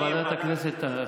ועדת הכנסת תחליט.